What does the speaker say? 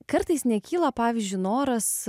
kartais nekyla pavyzdžiui noras